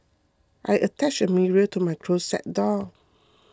I attached a mirror to my closet door